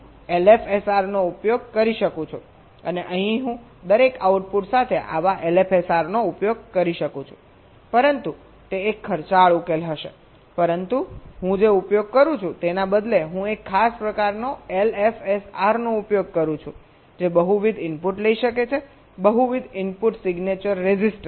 તેથી અહીં હું LFSR નો ઉપયોગ કરી શકું છું અને અહીં હું દરેક આઉટપુટ સાથે આવા LFSR નો ઉપયોગ કરી શકું છું પરંતુ તે એક ખર્ચાળ ઉકેલ હશે પરંતુ હું જે ઉપયોગ કરું છું તેના બદલે હું એક ખાસ પ્રકારનો LFSR નો ઉપયોગ કરું છું જે બહુવિધ ઇનપુટ લઈ શકે છે બહુવિધ ઇનપુટ સિગ્નેચર રેઝિસ્ટર